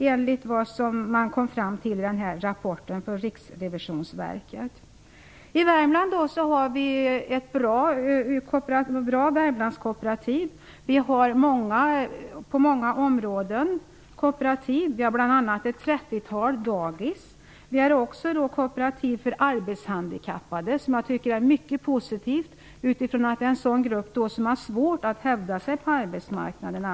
Enligt vad som kom fram i rapporten från Riksrevisionsverket kostade det ungefär 11 000 kr per arbetstillfälle. Vi har i Värmland många goda kooperativ. Vi har kooperativ på många områden, bl.a. ett trettiotal dagis. Vi har också kooperativ för arbetshandikappade, något som jag tycker är mycket positivt med tanke på att det gäller en grupp som har svårt att hävda sig på arbetsmarknaden.